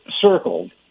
circled